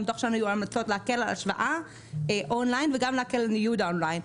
המלצות להקל על ההשוואה און-ליין וגם להקל על ניוד און-ליין.